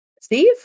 Steve